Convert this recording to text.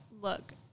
look –